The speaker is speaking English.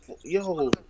Yo